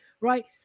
right